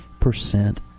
percent